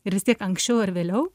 ir vis tiek anksčiau ar vėliau